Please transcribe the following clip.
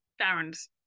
Darren's